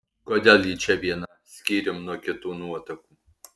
kodėl ji čia viena skyrium nuo kitų nuotakų